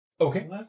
Okay